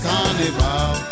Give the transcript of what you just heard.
Carnival